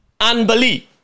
Unbelief